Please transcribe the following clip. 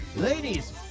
Ladies